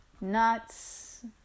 nuts